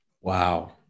Wow